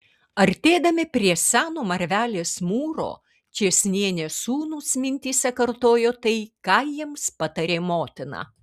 artėdami prie seno marvelės mūro čėsnienės sūnūs mintyse kartojo tai ką jiems patarė motina